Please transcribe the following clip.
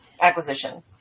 acquisition